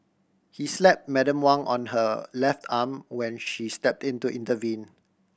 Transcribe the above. he slap Madam Wang on her left arm when she stepped in to intervene